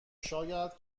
شاید